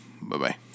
Bye-bye